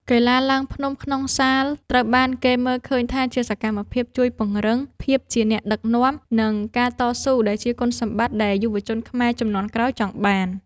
កីឡាឡើងភ្នំក្នុងសាលត្រូវបានគេមើលឃើញថាជាសកម្មភាពជួយពង្រឹងភាពជាអ្នកដឹកនាំ និងការតស៊ូ ដែលជាគុណសម្បត្តិដែលយុវជនខ្មែរជំនាន់ក្រោយចង់បាន។